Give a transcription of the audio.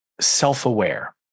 self-aware